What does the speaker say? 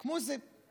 כמו איזה,